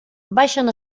baixen